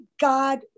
God